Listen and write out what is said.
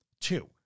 Two